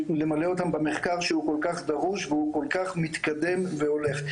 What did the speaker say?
למלא אותם במחקר שהוא כל כך דרוש והוא כל כך מתקדם והולך.